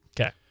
Okay